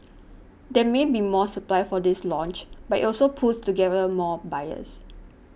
there may be more supply for this launch but it also pools together more buyers